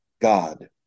god